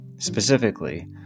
Specifically